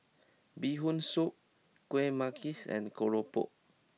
Bee Hoon Soup Kueh Manggis and Keropok